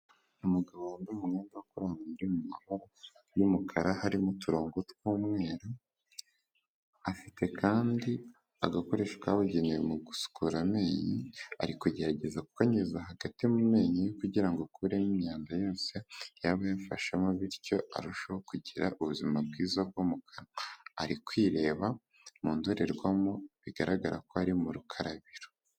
Umugabo wambaye umwenda wo kurarana uri mu mabara y'umukara harimo uturongo tw'umweru, afite kandi agakoresho kabugenewe mu gusukura amenyo, ari kugerageza kukanyuza hagati mu menyo kugira ngo ukuremo imyanda yose yaba yafashemo bityo arusheho kugira ubuzima bwiza bwo mukanwa. Ari kwireba mu ndorerwamo, bigaragara ko ari mu rukarabiro.